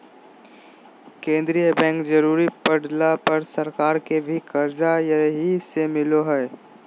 केंद्रीय बैंक जरुरी पड़ला पर सरकार के भी कर्जा यहीं से मिलो हइ